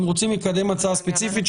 אם רוצים לקדם הצעה ספציפית,